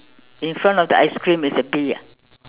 in front of the ice cream is a bee ah